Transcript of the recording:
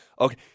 Okay